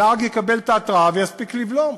הנהג יקבל את ההתרעה ויספיק לבלום.